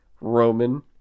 Roman